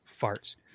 farts